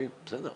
בוא נאמר ככה,